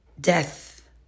death